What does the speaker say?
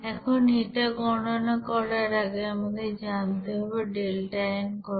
এখন এটা গণনা করার আগে আমাদের জানতে হবে ডেল্টা n কত